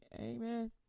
Amen